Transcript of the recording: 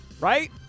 Right